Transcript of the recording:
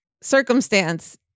circumstance